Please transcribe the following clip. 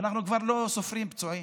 אנחנו כבר לא סופרים פצועים,